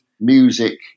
music